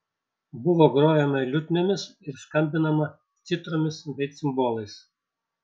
buvo grojama liutniomis ir skambinama citromis bei cimbolais